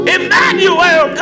Emmanuel